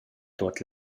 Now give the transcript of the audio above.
tuot